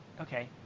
Okay